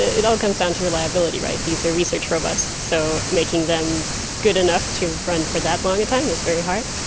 it all comes down to reliability. these are research robots, so making them good enough to run for that long a time is very hard.